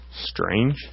Strange